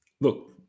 look